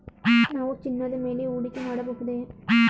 ನಾವು ಚಿನ್ನದ ಮೇಲೆ ಹೂಡಿಕೆ ಮಾಡಬಹುದೇ?